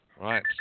right